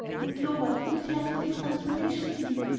and clover, the good fairy of this transformation scene,